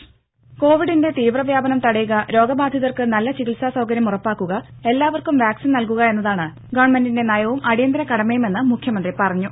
ദര കോവിഡിന്റെ തീവ്ര വ്യാപനം തടയുക രോഗബാധിതർക്ക് നല്ല ചികിത്സാ സൌകര്യം ഉറപ്പാക്കുക എല്ലാവർക്കും വാക്സിൻ നൽകുക എന്നതാണ് ഗവണ്മെന്റിന്റെ നയവും അടിയന്തര കടമയുമെന്ന് മുഖ്യമന്ത്രി പറഞ്ഞു